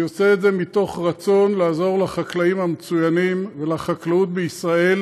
אני עושה את זה מתוך רצון לעזור לחקלאים המצוינים ולחקלאות בישראל,